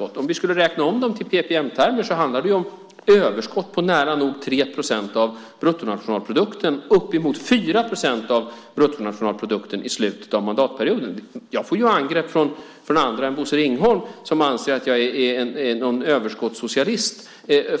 Om vi skulle räkna om det i PPM-termer handlar det om överskott på nära nog 3 procent av bruttonationalprodukten och uppemot 4 procent i slutet av mandatperioden. Jag får angrepp från andra än Bosse Ringholm som anser att jag är någon sorts överskottssocialist